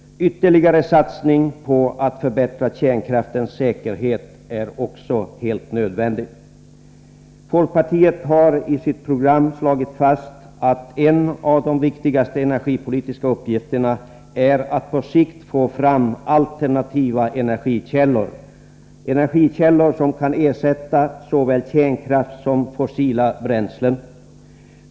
Ytterligare satsning på att förbättra kärnkraftens säkerhet är också helt nödvändig. Folkpartiet har i sitt program slagit fast att en av de viktigaste energipolitiska uppgifterna är att på sikt få fram alternativa energikällor. Dessa skall kunna ersätta såväl kärnkraft som fossila bränslen.